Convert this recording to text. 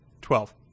Twelve